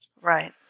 Right